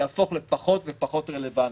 יהפוך לפחות ופחות רלוונטי.